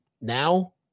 now